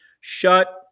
Shut